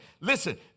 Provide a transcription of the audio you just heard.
listen